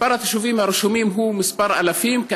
מספר התושבים הרשום הוא כמה אלפים,